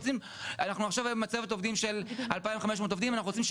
אנחנו עכשיו עם מצבת עובדים של 2,500 עובדים,